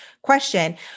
question